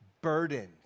burdened